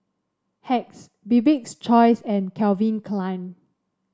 Hacks Bibik's Choice and Calvin Klein